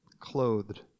clothed